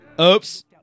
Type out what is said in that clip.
Oops